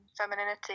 femininity